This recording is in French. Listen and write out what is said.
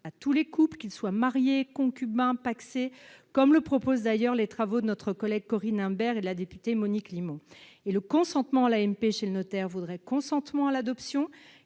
à tous les couples, qu'ils soient mariés, concubins ou pacsés, comme le proposent d'ailleurs notre collègue Corinne Imbert et la députée Monique Limon. Le consentement à l'AMP chez le notaire vaudrait consentement à l'adoption,